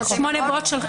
הזכויות.